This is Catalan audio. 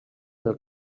del